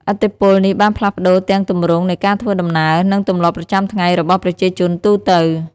ឥទ្ធិពលនេះបានផ្លាស់ប្តូរទាំងទម្រង់នៃការធ្វើដំណើរ និងទម្លាប់ប្រចាំថ្ងៃរបស់ប្រជាជនទូទៅ។